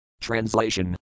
Translation